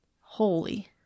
Holy